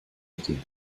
mitteln